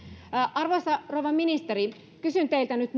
arvoisa rouva ministeri kysyn teiltä nyt